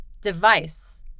Device